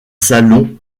salon